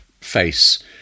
face